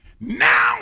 Now